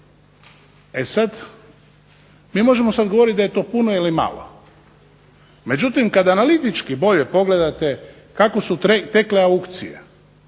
E sada, mi možemo govoriti da je to puno ili malo. Međutim, kada analitički bolje pogledate kako su tekle aukcije,